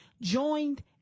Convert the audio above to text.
joined